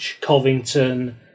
Covington